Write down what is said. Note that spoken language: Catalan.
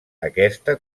aquesta